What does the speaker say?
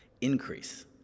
increase